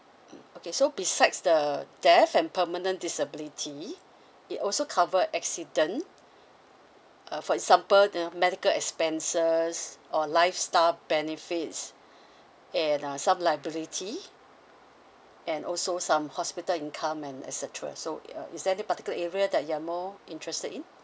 okay so besides the death and permanent disability it also cover accident uh for example the medical expenses or lifestyle benefits and uh some liability and also some hospital income and et cetera so uh is there any particular area that you're more interested in